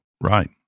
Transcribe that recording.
Right